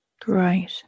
Great